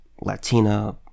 Latina